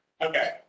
Okay